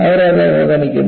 അവർ അത് അവഗണിക്കുന്നു